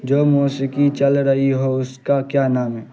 جو موسیقی چل رہی ہو اس کا کیا نام ہے